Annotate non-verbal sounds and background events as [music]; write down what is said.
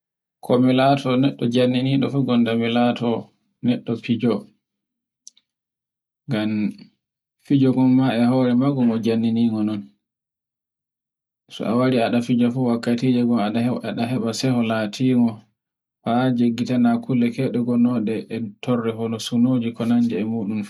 ko mi laato neɗɗo jannnniɗo fu, gonda mi laato neɗɗo fijo. Ngam fijo ngon ma e hore maago ngo janningo non. [unintelligible]